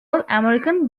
american